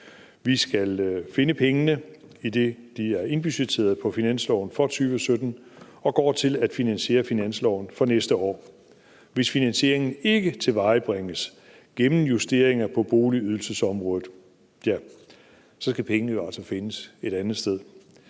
Vi skal finde pengene, idet de er indbudgetteret på finansloven for 2017 og går til at finansiere finansloven for næste år. Hvis finansieringen ikke tilvejebringes gennem justeringer på boligydelsesområdet, ja, så skal pengene jo altså findes et andet sted.